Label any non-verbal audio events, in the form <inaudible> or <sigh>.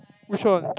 which [one] <noise>